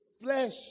Flesh